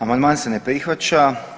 Amandman se ne prihvaća.